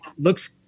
looks